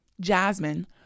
Jasmine